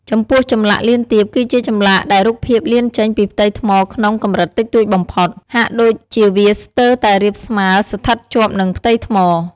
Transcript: ចំពោះ ចម្លាក់លៀនទាប គឺជាចម្លាក់ដែលរូបភាពលៀនចេញពីផ្ទៃថ្មក្នុងកម្រិតតិចតួចបំផុត ហាក់ដូចជាវាស្ទើរតែរាបស្មើសិ្ថតជាប់នឹងផ្ទៃថ្ម។